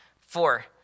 Four